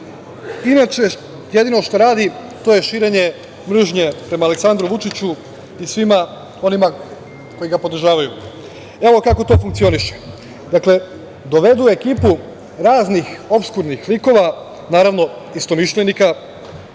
inače jedino što radi to je širenje mržnje prema Aleksandru Vučiću i svima onima koji ga podržavaju. Evo, kako to funkcioniše. Dakle, dovedu ekipu raznih opskurnih likova, naravno istomišljenika,